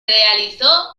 realizó